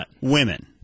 women